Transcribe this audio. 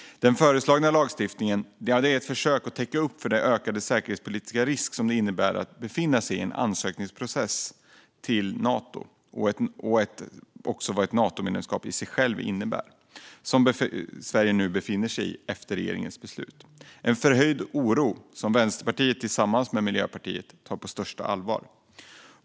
Den föreslagna lagstiftningen är ett försök att täcka upp för den ökade säkerhetspolitiska risk det innebär att befinna sig i en ansökningsprocess till Nato, och vad ett Natomedlemskap i sig självt innebär, i det läge som Sverige nu befinner sig i efter regeringens beslut. Det är en förhöjd oro som Vänsterpartiet tillsammans med Miljöpartiet tar på största allvar.